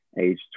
age